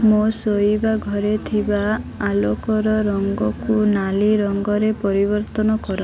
ମୋ ଶୋଇବା ଘରେ ଥିବା ଆଲୋକର ରଙ୍ଗକୁ ନାଲି ରଙ୍ଗରେ ପରିବର୍ତ୍ତନ କର